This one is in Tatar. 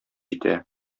җитә